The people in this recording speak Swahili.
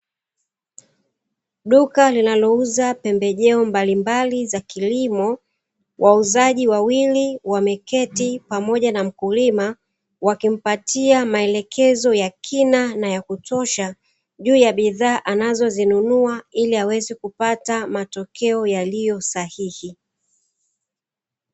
Duka linalouza pembejeo mbalimbali za kilimo wauzaji wawili wameketi pamoja na mkulima, wakimpatia maelekezo ya kina na ya kutosha juu ya bidhaa anazozinunua ili aweze kupata matokeo yaliyosahihi.